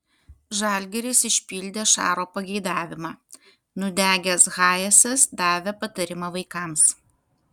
žalgiris išpildė šaro pageidavimą nudegęs hayesas davė patarimą vaikams